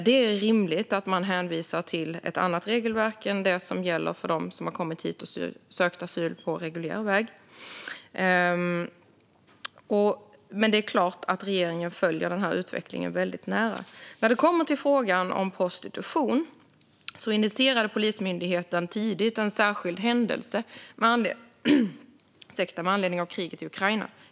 Det är därför rimligt att man hänvisar till ett annat regelverk än det som gäller för dem som har kommit hit och sökt asyl på reguljär väg, men det är klart att regeringen följer frågan väldigt nära. När det kommer till frågan om prostitution initierade Polismyndigheten tidigt en särskild händelse med anledning av kriget i Ukraina.